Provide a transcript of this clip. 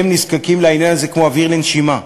הם נזקקים לעניין הזה כמו אוויר לנשימה.